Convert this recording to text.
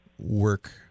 work